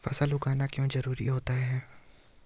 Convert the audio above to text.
फसल उगाना क्यों जरूरी होता है?